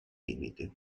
limiti